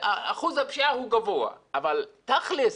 אחוז הפשיעה הוא גבוה, אבל תכלס,